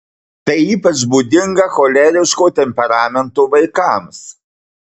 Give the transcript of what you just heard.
tai ypač būdinga choleriško temperamento vaikams